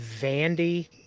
Vandy